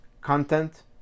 content